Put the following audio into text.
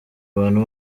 abantu